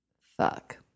fuck